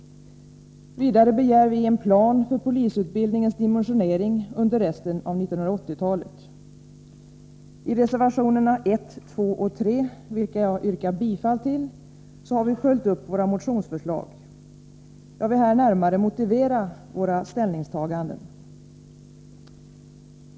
Vidare begär vi en plan för polisutbildningens dimensionering under resten av 1980-talet. I reservationerna 1,2 och 3, vilka jag yrkar bifall till, har vi följt upp våra motionsförslag. Jag vill här närmare motivera våra ställningstaganden.